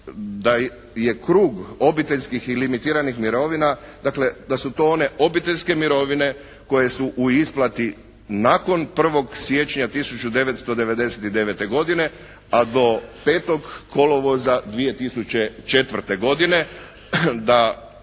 da je krug obiteljskih i limitiranih mirovina, dakle da su to one obiteljske mirovine koje su u isplati nakon 1. siječnja 1999. godine, a do 5. kolovoza 2004. godine, da ne